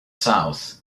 south